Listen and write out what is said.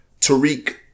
Tariq